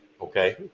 Okay